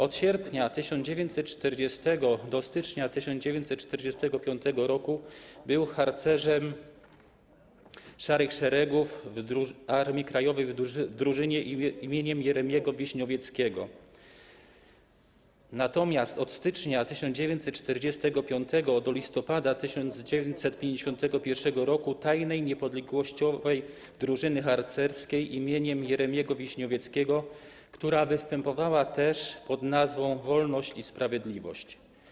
Od sierpnia 1940 r. do stycznia 1945 r. był harcerzem Szarych Szeregów Armii Krajowej w drużynie im. Jeremiego Wiśniowieckiego, natomiast od stycznia 1945 r. do listopada 1951 r. - w tajnej niepodległościowej drużynie harcerskiej im. Jeremiego Wiśniowieckiego, która występowała też pod nazwą Wolność i Sprawiedliwość.